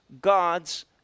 God's